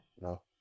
No